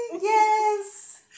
Yes